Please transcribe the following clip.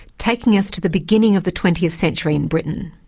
taking us to the beginning of the twentieth century in britain.